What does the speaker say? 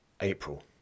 April